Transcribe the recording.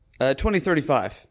2035